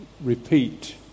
repeat